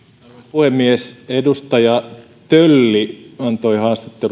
puhemies edustaja tölli antoi